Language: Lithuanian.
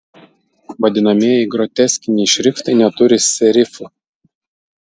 vadinamieji groteskiniai šriftai neturi serifų